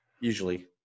Usually